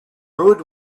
road